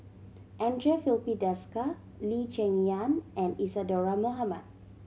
Andre Filipe Desker Lee Cheng Yan and Isadhora Mohamed